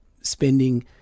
spending